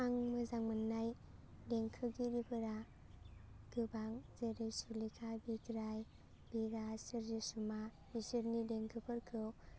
आं मोजां मोन्नाय देंखोगिरिफोरा गोबां जेरै सुलेखा बिग्राय बिराज सोरजिसुमा बिसोरनि देंखोफोरखौ